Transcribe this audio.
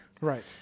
Right